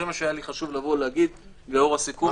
זה מה שהיה חשוב לי לבוא ולהגיד לאור הסיכום.